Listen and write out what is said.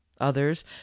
others